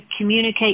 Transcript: communicate